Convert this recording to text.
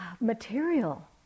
material